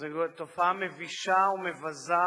זו תופעה מבישה ומבזה,